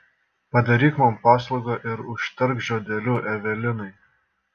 padaryk man paslaugą ir užtark žodeliu evelinai